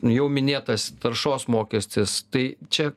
jau minėtas taršos mokestis tai čia